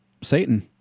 Satan